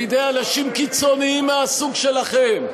בידי אנשים קיצונים מהסוג שלכם,